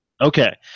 okay